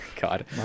God